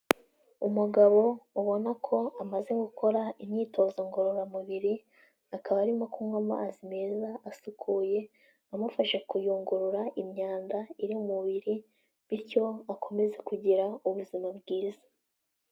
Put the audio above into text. Umugabo ubona ko amaze gukora imyitozo ngororamubiri, akaba arimo kunywa amazi meza asukuye, amufasha kuyungurura imyanda iri mu mubiri, bityo akomeze kugira ubuzima bwiza.